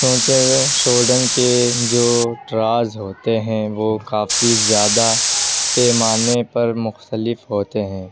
کیونکہ کے جو ہوتے ہیں وہ کافی زیادہ پیمانے پر مختلف ہوتے ہیں